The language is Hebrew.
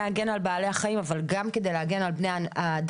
להגן על בעלי החיים אבל גם כדי להגן על בני האדם.